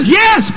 yes